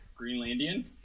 Greenlandian